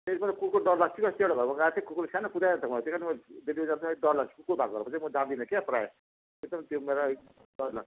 ए मलाई कुकुर डर लाग्छ अस्ति एउटा घरमा गएको थिएँ कुकुरले सानो कुदायो अन्त मलाई त्यही कारण त म डेलिभरी जानु चाहिँ अलिक डर लाग्छ कुकुर भएको बेलामा चाहिँ म जाँदिनँ क्या प्रायः एकदम त्यो मलाई अलिक डर लाग्छ